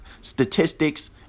statistics